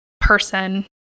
person